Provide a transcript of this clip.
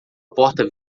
porta